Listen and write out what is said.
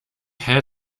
had